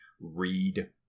read